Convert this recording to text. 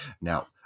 now